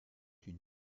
une